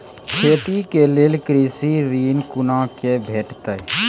खेती के लेल कृषि ऋण कुना के भेंटते?